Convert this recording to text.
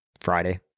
friday